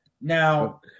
Now